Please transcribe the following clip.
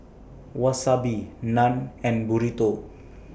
Wasabi Naan and Burrito